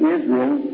Israel